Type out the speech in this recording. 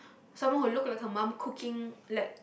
someone who looked like her mum cooking like